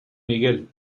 miguel